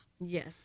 Yes